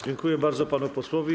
Dziękuję bardzo panu posłowi.